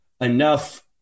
enough